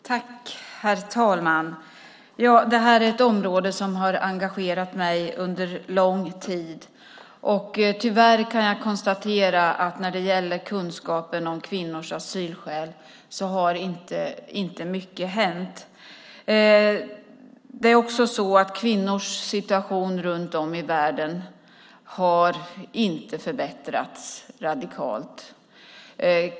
Herr talman! Det här är ett område som har engagerat mig under lång tid. Jag kan tyvärr konstatera att det inte har hänt mycket när det gäller kunskapen om kvinnors asylskäl. Kvinnors situation runt om i världen har inte förbättrats radikalt.